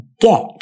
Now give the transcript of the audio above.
get